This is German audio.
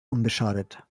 unbeschadet